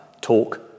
talk